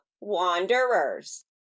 Wanderers